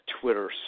Twitter